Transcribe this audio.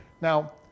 Now